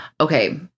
Okay